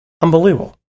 Unbelievable